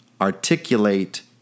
articulate